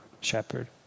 shepherd